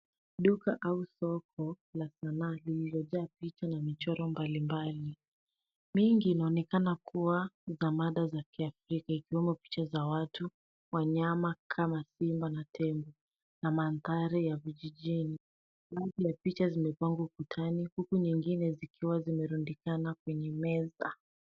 Duka au soko la sanaa lililojaa picha na michoro mbalimbali. Mingi inaonekana kuwa za mada za kiafrika zikiwemo picha za watu wanyama kama simba na tembo na mandhari ya vijijini. Baadhi ya picha zimepangwa ukutani zikiwa zimerundikana kwenye meza.